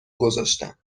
گذاشتم